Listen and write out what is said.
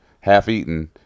half-eaten